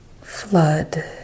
Flood